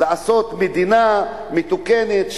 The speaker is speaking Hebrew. לעשות מדינה מתוקנת,